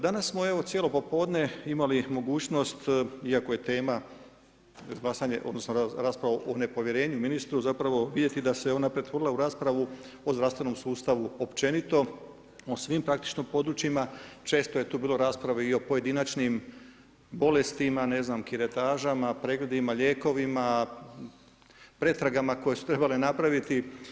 Danas smo evo cijelo popodne imali mogućnost, iako je tema glasanje odnosno rasprava o nepovjerenju ministru zapravo vidjeti da se ona pretvorila u raspravu o zdravstvenom sustavu općenito, o svim praktički područjima, često je tu bilo rasprava i o pojedinačnim bolestima, ne znam, kiretažama, pregledima, lijekovima, pretragama koje su trebale napraviti.